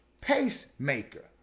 Pacemaker